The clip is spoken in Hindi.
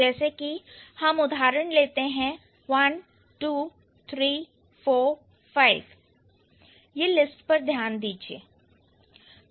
जैसे कि हम उदाहरण लेते हैं one two three four five इस लिस्ट पर ध्यान दीजिए